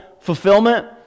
fulfillment